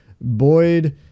Boyd